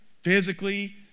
physically